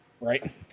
right